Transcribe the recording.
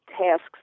tasks